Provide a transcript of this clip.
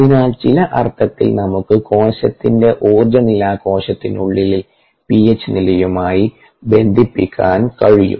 അതിനാൽ ചില അർത്ഥത്തിൽ നമുക്ക് കോശത്തിന്റെ ഊർജ്ജ നില കോശത്തിനുള്ളിലെ പിഎച്ച് നിലയുമായി ബന്ധിപ്പിക്കാൻ കഴിയും